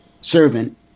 servant